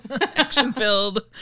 action-filled